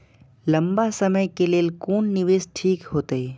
लंबा समय के लेल कोन निवेश ठीक होते?